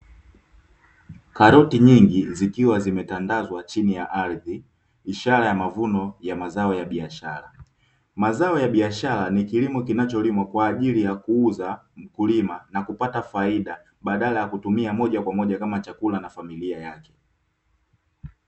Karoti nyingi zikiwa zimetandazwa chini ya ardhi ishara ya mavuno ya mazao ya biashara. Mazao ya biashara ni kilimo kinacholimwa kwa ajili ya kuuza mkulima na kupata faida badala ya kutumika moja kwa moja kama chakula na familia yake.